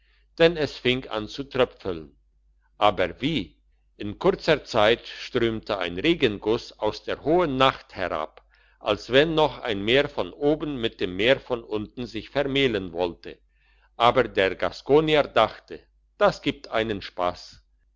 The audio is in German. denn es fing an zu tröpfeln aber wie in kurzer zeit strömte ein regenguss aus der hohen nacht herab als wenn noch ein meer von oben mit dem meer von unten sich vermählen wollte aber der gaskonier dachte das gibt einen spass